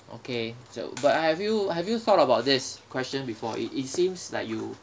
okay so but have you have you thought about this question before it it seems like you